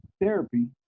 Therapy